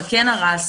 אבל כן הרסנו.